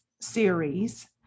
series